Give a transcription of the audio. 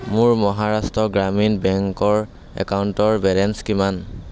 মোৰ মহাৰাষ্ট্ৰ গ্ৰামীণ বেংকৰ একাউণ্টৰ বেলেঞ্চ কিমান